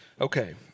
Okay